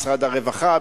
משרד הרווחה,